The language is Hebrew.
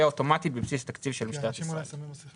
אוטומטית בבסיס התקציב של משטרת ישראל.